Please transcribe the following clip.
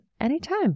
anytime